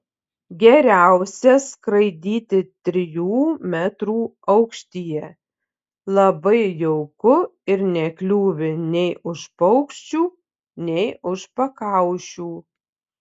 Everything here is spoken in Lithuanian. geriausia skraidyti trijų metrų aukštyje labai jauku ir nekliūvi nei už paukščių nei už pakaušių